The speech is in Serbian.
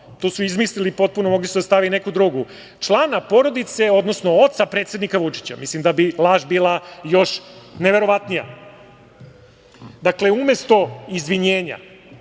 to su izmislili potpuno, mogli su i da stave neku drugu, člana porodice, odnosno oca predsednika Vučića, da bi laž bila još neverovatnija. Dakle, umesto izvinjenja,